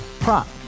Prop